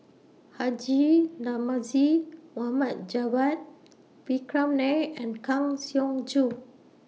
Haji Namazie Mohamed Javad Vikram Nair and Kang Siong Joo